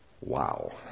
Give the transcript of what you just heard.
Wow